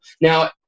Now